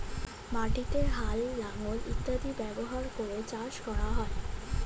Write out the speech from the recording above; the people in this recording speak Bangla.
মাটিতে হাল, লাঙল ইত্যাদি ব্যবহার করে চাষ করা হয়